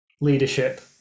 leadership